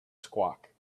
squawk